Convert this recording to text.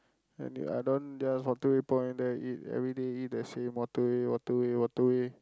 and you~ I don't there's waterway-point then everyday eat the same Waterway Waterway Waterway